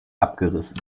abgerissen